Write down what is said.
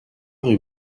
rue